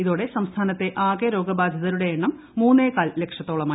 ഇതോടെ സംസ്ഥാനത്തെ ആകെ രോഗബാധിതരുടെ എണ്ണം മൂന്നേകാൽ ലക്ഷത്തോളമായി